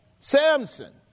Samson